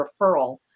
referral